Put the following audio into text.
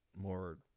more